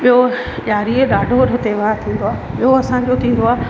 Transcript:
ॿियो ॾियारीअ जो ॾाढो वॾो त्योहार थींदो आहे ॿियो असांजो थींदो आहे